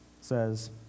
says